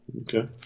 Okay